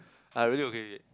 I really okay with it